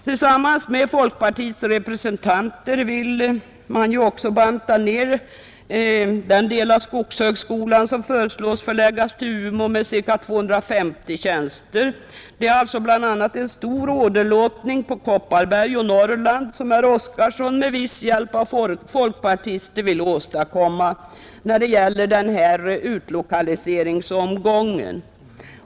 Tillsammans med folkpartiets representanter vill herr Oskarson också banta ner den del av skogshögskolan, som föreslås förlagd till Umeå, med ca 250 tjänster. Det är alltså bl.a. en stor åderlåtning på Kopparbergs län och Norrland som herr Oskarson med viss hjälp av folkpartister vill åstadkomma i den här utlokaliseringsomgången.